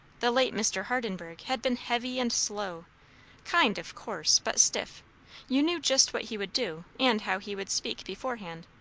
the late mr. hardenburgh had been heavy and slow kind, of course, but stiff you knew just what he would do and how he would speak beforehand.